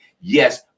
yes